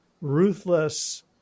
ruthless